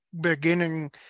beginning